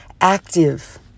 active